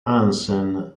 hansen